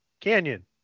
Canyon